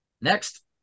Next